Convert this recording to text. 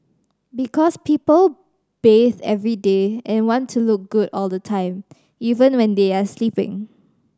because people bath every day and want to look good all the time even when they are sleeping